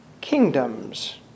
kingdoms